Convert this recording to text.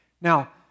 Now